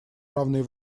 равные